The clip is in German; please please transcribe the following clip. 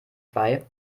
bei